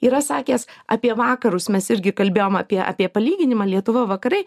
yra sakęs apie vakarus mes irgi kalbėjom apie apie palyginimą lietuva vakarai